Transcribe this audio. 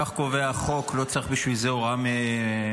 כך קובע החוק, לא צריך בשביל זה הוראה מיוחדת.